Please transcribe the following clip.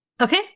Okay